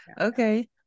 Okay